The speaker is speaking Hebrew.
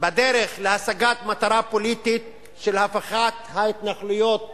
בדרך להשגת מטרה פוליטית של הפיכת ההתנחלויות